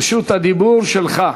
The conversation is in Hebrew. רשות הדיבור שלך.